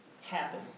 happen